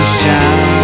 shine